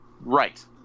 Right